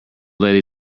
lady